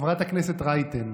חברת הכנסת רייטן,